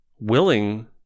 Willing